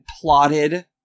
plotted